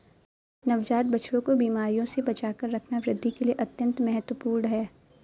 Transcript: नवजात बछड़ों को बीमारियों से बचाकर रखना वृद्धि के लिए अत्यंत महत्वपूर्ण है